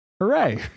hooray